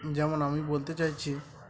যেমন আমি বলতে চাইছি